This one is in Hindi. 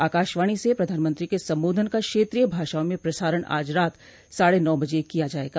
आकाशवाणी से प्रधानमंत्री के संबोधन का क्षेत्रीय भाषाओं में प्रसारण आज रात साढ़े नौ बजे किया जायेगा